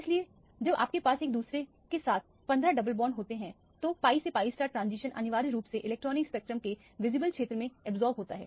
इसलिए जब आपके पास एक दूसरे के साथ 15 डबल बॉन्ड होते हैं तो pi से pi ट्रांजिशन अनिवार्य रूप से इलेक्ट्रॉनिक स्पेक्ट्रम के विजिबल क्षेत्र में अब्जॉर्ब होता है